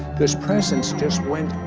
this presence just went